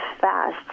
fast